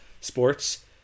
sports